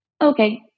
Okay